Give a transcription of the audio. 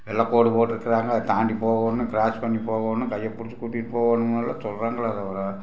வெள்ளைக்கோடு போட்டுருக்குறாங்க அதை தாண்டி போகணும் க்ராஸ் பண்ணி போகணும் கையை பிடிச்சி கூட்டிகிட்டு போகணும் எல்லாம் சொல்கிறாங்களே தவிர